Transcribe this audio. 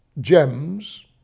gems